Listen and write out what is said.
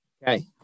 Okay